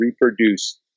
reproduce